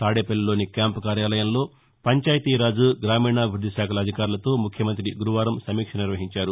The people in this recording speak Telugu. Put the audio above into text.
తాదేపల్లిలోని క్యాంపు కార్యాలయంలో పంచాయతీరాజ్ గ్రామీణాభివృద్ది శాఖల అధికారులతో ముఖ్యమంతి గురువారం సమీక్ష నిర్వహించారు